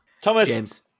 Thomas